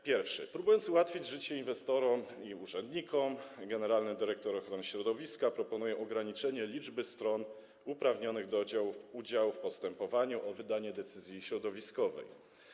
Pierwszy: próbując ułatwić życie inwestorom i urzędnikom, generalny dyrektor ochrony środowiska proponuje ograniczenie liczby stron uprawnionych do udziału w postępowaniu o wydanie decyzji środowiskowej.